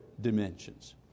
dimensions